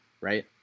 right